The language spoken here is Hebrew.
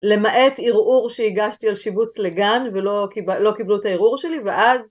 למעט ערעור שהגשתי על שיבוץ לגן ולא קיבלו את הערעור שלי ואז